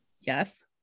Yes